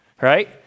right